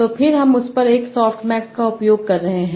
तो फिर हम उस पर एक सॉफ्टमैक्स का उपयोग कर रहे हैं